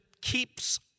keeps